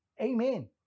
Amen